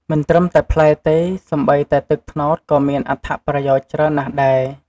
មិនត្រឹមតែផ្លែទេ សូម្បីតែទឹកត្នោតក៏មានអត្ថប្រយោជន៍ច្រើនណាស់ដែរ។